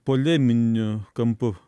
poleminiu kampu